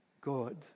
God